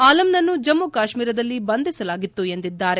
ಆಲಂನನ್ನು ಜಮ್ಗು ಕಾಶ್ೀರದಲ್ಲಿ ಬಂಧಿಸಲಾಗಿತ್ತು ಎಂದಿದ್ದಾರೆ